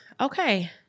Okay